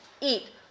eat